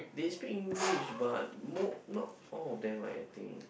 they speak English but most not all of them ah I think